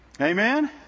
Amen